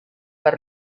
per